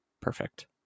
Perfect